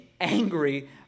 angry